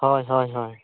ᱦᱳᱭ ᱦᱳᱭ ᱦᱳᱭ